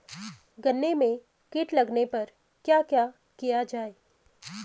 गन्ने में कीट लगने पर क्या किया जाये?